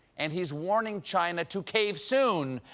and he's warning china to cave soon.